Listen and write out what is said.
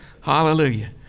Hallelujah